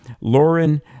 Lauren